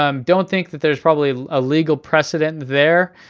um don't think that there's probably a legal precedent there.